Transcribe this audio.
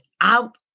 out